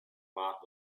lot